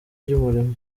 ry’umurimo